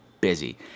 busy